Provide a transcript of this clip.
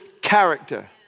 Character